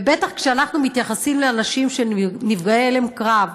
ובטח כשאנחנו מתייחסים לאנשים שהם נפגעי הלם קרב,